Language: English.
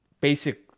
basic